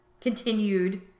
continued